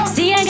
See